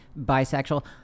bisexual